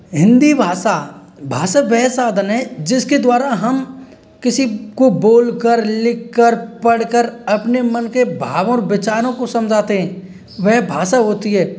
हिंदी भाषा भाषा वह साधन है जिसके द्वारा हम किसी को बोल कर लिख कर पढ़ कर अपने मन के भाव और विचारों को समझाते हैं वह भाषा होती है